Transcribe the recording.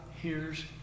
hears